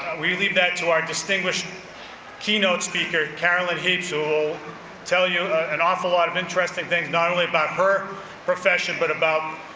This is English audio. we leave that to our distinguished keynote speaker, carolyn heaps who will tell you an awful lot and interesting things, not only about her profession, but about,